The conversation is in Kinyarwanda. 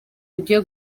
ugiye